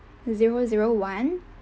zero zero one